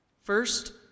First